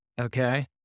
okay